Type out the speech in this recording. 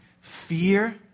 fear